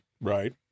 Right